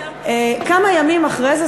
כמה ימים אחרי זה,